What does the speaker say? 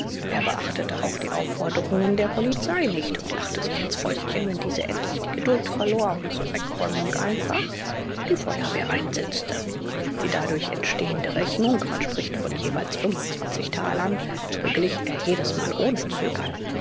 er beachtete auch die aufforderungen der polizei nicht und lachte sich ins fäustchen wenn diese endlich die geduld verlor und zur wegräumung einfach die feuerwehr einsetzte die dadurch entstehende rechnung man spricht von jeweils fünfundzwanzig talern beglich er jedesmal ohne zögern